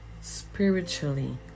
spiritually